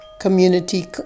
community